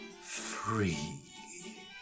free